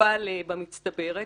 אבל במצטברת.